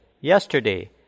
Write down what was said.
Yesterday